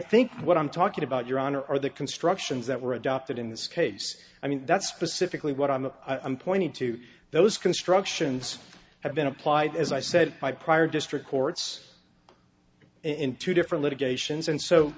think what i'm talking about your honor or the constructions that were adopted in this case i mean that's specifically what i'm pointing to those constructions have been applied as i said by prior district courts in two different litigations and so